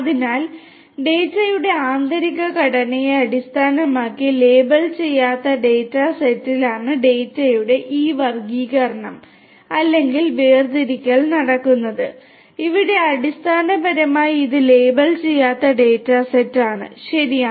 അതിനാൽ ഡാറ്റയുടെ ആന്തരിക ഘടനയെ അടിസ്ഥാനമാക്കി ലേബൽ ചെയ്യാത്ത ഡാറ്റ സെറ്റിലാണ് ഡാറ്റയുടെ ഈ വർഗ്ഗീകരണം അല്ലെങ്കിൽ വേർതിരിക്കൽ നടത്തുന്നത് ഇവിടെ അടിസ്ഥാനപരമായി ഇത് ലേബൽ ചെയ്യാത്ത ഡാറ്റ സെറ്റാണ് ശരിയാണ്